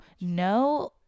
no